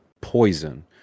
poison